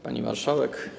Pani Marszałek!